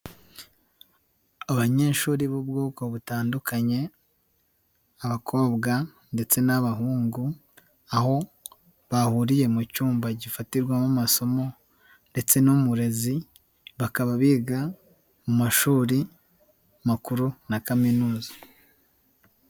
Abanyeshuri b'ubwoko butandukanye, abakobwa ndetse n'abahungu, aho bahuriye mu cyumba gifatirwamo amasomo ndetse n'umurezi, bakaba biga mu mashuri makuru na kaminuza.